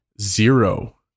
zero